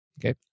Okay